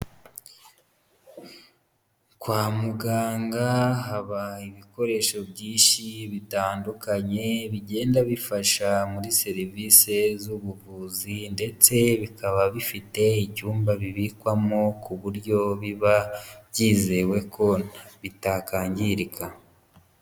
Kwa muganga haba ibikoresho byinshii bitandukanye, bigenda bifasha muri serivise z'ubuvuzi ndetse bikaba bifite ibyumba bibikwamo kuburyo biba byizewe ko bitakangirika.